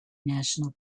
national